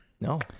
No